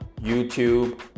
YouTube